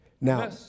Now